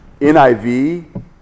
NIV